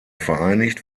vereinigt